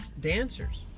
dancers